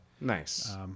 Nice